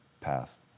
passed